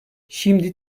şimdi